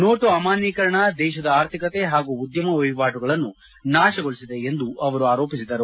note ಅಮಾನ್ಶೀಕರಣ ದೇಶದ ಆರ್ಥಿಕತೆ ಹಾಗೂ ಉದ್ಯಮ ವಹಿವಾಟುಗಳನ್ನು ನಾಶಗೊಳಿಸಿದೆ ಎಂದು ಆರೋಪಿಸಿದರು